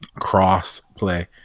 Crossplay